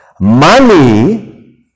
money